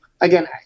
again